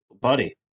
buddy